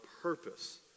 purpose